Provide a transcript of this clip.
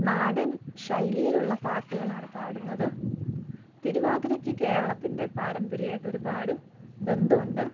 നാടൻ ശൈലിയിലുള്ള പാട്ടുകളാണ് പാടുന്നത് തിരുവാതിരയ്ക്ക് കേരളത്തിന്റെ പാരമ്പര്യവുമായിട്ട് ഒരുപാട് ബന്ധമുണ്ട്